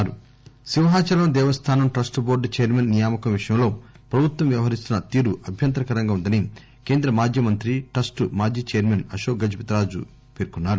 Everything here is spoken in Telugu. అశోక్ గజపతిరాజు సింహాచలం దేవస్థానం ట్రస్టు బోర్డు చైర్మన్ నియామకం విషయంలో ప్రభుత్వం వ్యవహిస్తున్న తీరు అభ్యంతరకరంగా ఉందని కేంద్ర మాజీ మంత్రి ట్రస్టు మాజీ చైర్మన్ అశోక్ గజపతి రాజు పేర్కొన్నారు